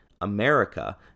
America